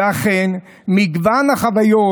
ואכן מגוון החוויות,